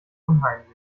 unheimlich